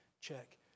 Check